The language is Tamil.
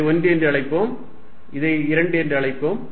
இதை 1 என்று அழைப்போம் இதை 2 என்று அழைப்போம்